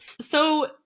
So-